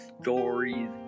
Stories